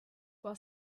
while